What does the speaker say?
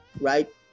right